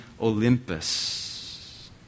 Olympus